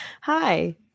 Hi